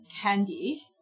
candy